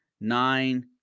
nine